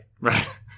Right